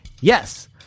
Yes